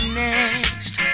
next